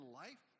life